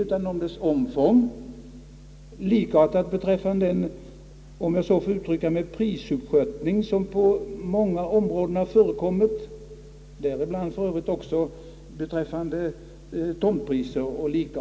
Likartat är förhållandet beträffande, om jag så får uttrycka mig, den prisuppskörtning som har förekommit på många områden, däribland även beträffande tomtpriser och dylikt.